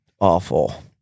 awful